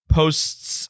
posts